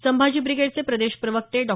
संभाजी ब्रिगेडचे प्रदेश प्रवक्ते डॉ